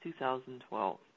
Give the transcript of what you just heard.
2012